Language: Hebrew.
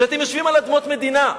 שאתם יושבים על אדמות מדינה.